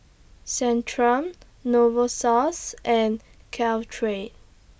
Centrum Novosource and Caltrate